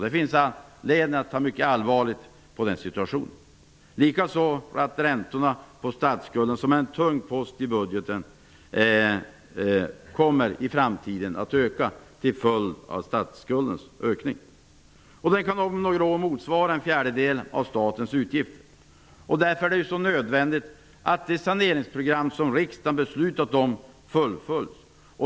Det finns anledning att ta mycket allvarligt på den situationen. Likaså att räntorna på statsskulden som en tung post i budgeten i framtiden kommer att öka till följd av statsskuldens ökning. De kan om några år motsvara en fjärdedel av statens utgifter. Därför är det nödvändigt att det sanningsprogram riksdagen beslutat om fullföljs.